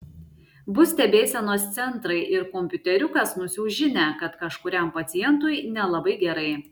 bus stebėsenos centrai ir kompiuteriukas nusiųs žinią kad kažkuriam pacientui nelabai gerai